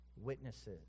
Witnesses